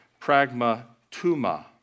pragmatuma